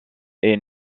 est